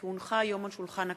כי הונחה היום על שולחן הכנסת,